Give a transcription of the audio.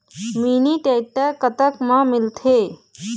Mini tractor कतक म मिलथे?